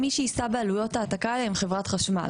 מי שיישא בעלויות ההעתקה האלו היא חברת החשמל.